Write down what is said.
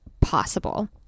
possible